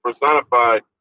personified